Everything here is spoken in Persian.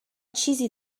چیزی